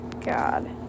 god